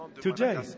today